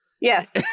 Yes